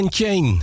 Chain